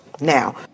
Now